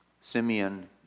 Simeon